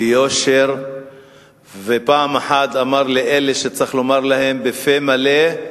ביושר, ופעם אחת אמר לאלה שצריך לומר להם בפה מלא: